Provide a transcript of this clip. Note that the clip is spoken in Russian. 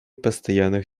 постоянных